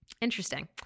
Interesting